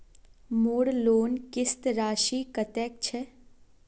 मोर लोन किस्त राशि कतेक छे?